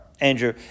Andrew